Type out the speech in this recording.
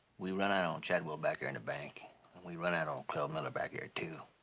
we run out on chadwell back there in the bank, and we run out on clell miller back there, too.